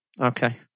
Okay